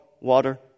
Water